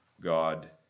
God